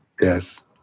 Yes